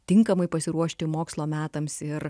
tinkamai pasiruošti mokslo metams ir